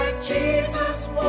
Jesus